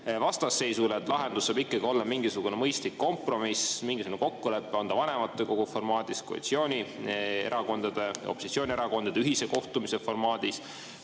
vastasseisule, lahendus saab ikkagi olla mingisugune mõistlik kompromiss, mingisugune kokkulepe, on see vanematekogu formaadis või koalitsiooni‑ ja opositsioonierakondade ühise kohtumise formaadis.